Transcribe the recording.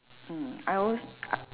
mm I als~ I